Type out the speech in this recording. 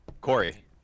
Corey